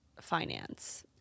finance